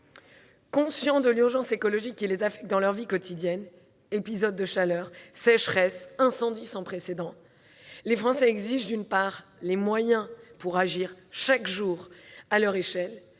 Conscients de l'urgence écologique qui les affecte dans leur vie quotidienne- épisodes de chaleur, sécheresse, incendies sans précédent -, les Français exigent, d'une part, des moyens pour agir, chaque jour, à leur échelle,